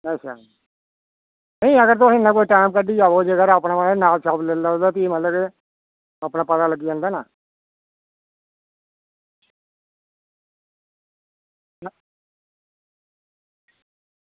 अच्छा नेईं अगर तुस इन्ना कोई टाइम कड्ढियै आवेओ अगर घर अपने ते नाप ठाप लेई लैएओ ते फ्ही मतलब अपना पता लग्गी जंदा न